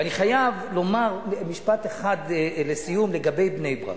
ואני חייב למר משפט אחד לסיום לגבי בני-ברק.